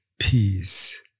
peace